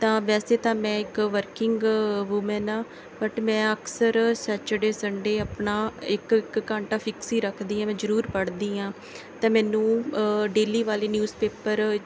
ਤਾਂ ਵੈਸੇ ਤਾਂ ਮੈਂ ਇੱਕ ਵਰਕਿੰਗ ਵੂਮੈਨ ਹਾਂ ਬਟ ਮੈਂ ਅਕਸਰ ਸੈਚਰਡੇ ਸੰਡੇ ਆਪਣਾ ਇੱਕ ਇੱਕ ਘੰਟਾ ਫਿਕਸ ਹੀ ਰੱਖਦੀ ਹਾਂ ਮੈਂ ਜ਼ਰੂਰ ਪੜ੍ਹਦੀ ਹਾਂ ਤਾਂ ਮੈਨੂੰ ਡੇਲੀ ਵਾਲੀ ਨਿਊਜ਼ ਪੇਪਰ